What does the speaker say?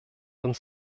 uns